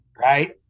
right